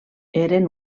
eren